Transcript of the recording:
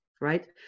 right